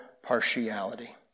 partiality